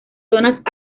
zonas